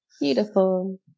Beautiful